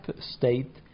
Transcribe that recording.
state